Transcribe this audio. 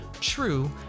true